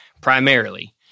primarily